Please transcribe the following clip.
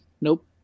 nope